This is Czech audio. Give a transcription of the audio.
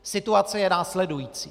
Situace je následující.